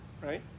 Right